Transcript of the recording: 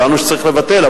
הודענו שצריך לבטל,